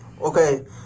Okay